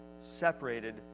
separated